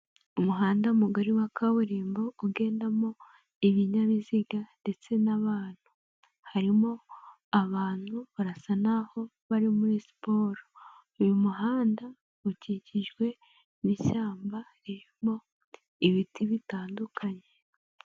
Umuhanda mugari wa kaburimbo ugendamo ibinyabiziga ndetse n'abantu. Harimo abantu barasa n'aho bari muri siporo. Uyu muhanda ukikijwe n'ishyamba ririmo ibiti bitandukanye.